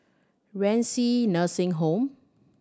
Renci Nursing Home